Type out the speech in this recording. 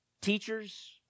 teachers